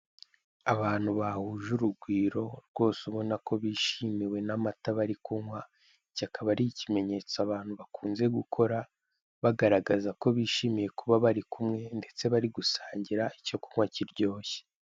Abantu bahuje urugwiro, rwose ubona ko bishimiwe n'amata bari kunywa, iki akaba ari ikimenyetso abantu bakunze gukora, bagaragaza ko bishimiye kuba bari kumwe, ndetse bari gusangira icyo kunywa kiryoshye.